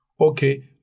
Okay